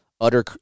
utter